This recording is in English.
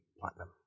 platinum